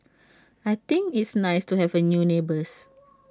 I think it's nice to have A new neighbours